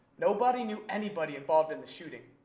nobody knew anybody involved in the shooting.